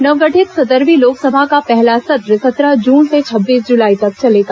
नवगठित सत्रहवीं लोकसभा का पहला सत्र सत्रह जून से छब्बीस जुलाई तक चलेगा